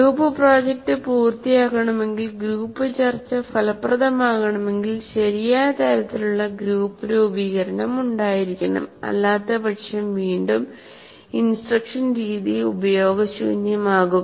group project പൂർത്തിയാക്കണമെങ്കിൽ group ചർച്ച ഫലപ്രദമാകണമെങ്കിൽ ശരിയായ തരത്തിലുള്ള ഗ്രൂപ്പ് രൂപീകരണം ഉണ്ടായിരിക്കണം അല്ലാത്തപക്ഷം വീണ്ടും ഇൻസ്ട്രക്ഷൻ രീതി ഉപയോഗശൂന്യമാകും